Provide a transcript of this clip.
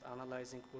analyzing